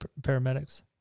paramedics